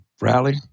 rally